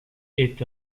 est